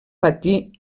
patir